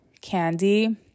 candy